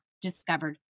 discovered